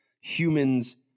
humans